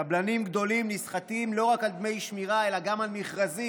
קבלנים גדולים נסחטים לא רק על דמי שמירה אלא גם על מכרזים,